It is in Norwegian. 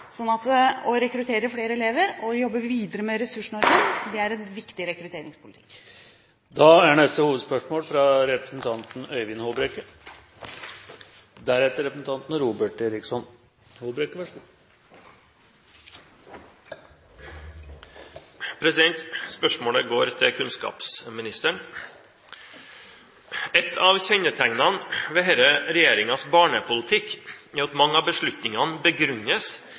å rekruttere flere lærere og jobbe videre med ressursene våre er viktig rekrutteringspolitikk. Da går vi til neste hovedspørsmål. Spørsmålet går til kunnskapsministeren. Et av kjennetegnene ved denne regjeringens barnepolitikk er at mange av beslutningene begrunnes